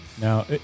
Now